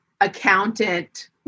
accountant